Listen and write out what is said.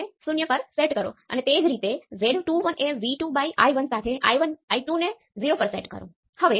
h parameter 0 1 1 અને R હશે